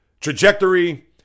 trajectory